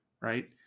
right